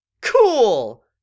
cool